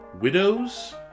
Widows